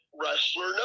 wrestler